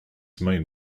main